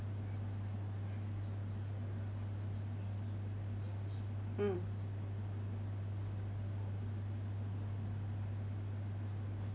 mm